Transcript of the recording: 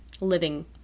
living